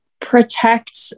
Protect